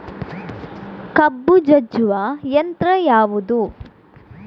ಕಬ್ಬು ಜಜ್ಜುವ ಯಂತ್ರ ಯಾವುದು?